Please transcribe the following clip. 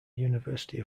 university